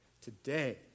today